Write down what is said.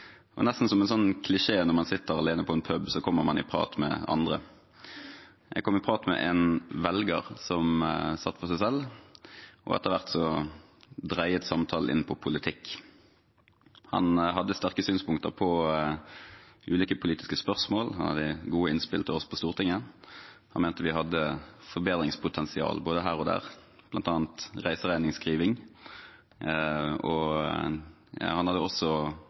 nesten som en klisjé at når man sitter alene på en pub, kommer man i prat med andre. Jeg kom i prat med en velger som satt for seg selv, og etter hvert dreide samtalen inn på politikk. Han hadde sterke synspunkter på ulike politiske spørsmål, han hadde gode innspill til oss på Stortinget, han mente vi hadde forbedringspotensial både her og der, bl.a. reiseregningsskriving. Han hadde også